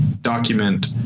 document